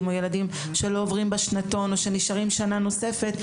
או ילדים שלא עוברים בשנתון או שנשארים שנה נוספת,